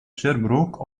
sherbrooke